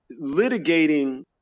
litigating